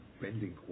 bending